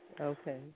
Okay